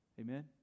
Amen